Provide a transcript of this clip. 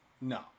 No